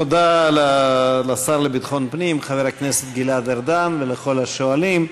תודה לשר לביטחון פנים חבר הכנסת גלעד ארדן ולכל השואלים.